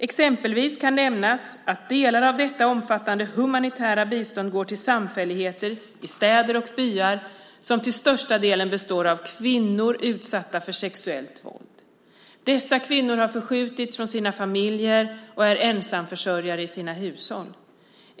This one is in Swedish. Exempelvis kan nämnas att delar av detta omfattande humanitära bistånd går till samfälligheter i städer och byar som till största delen består av kvinnor utsatta för sexuellt våld. Dessa kvinnor har förskjutits av sina familjer och är ensamförsörjare i sina hushåll.